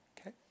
okay